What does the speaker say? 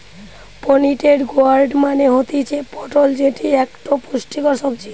pointed gourd মানে হতিছে পটল যেটি একটো পুষ্টিকর সবজি